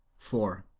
for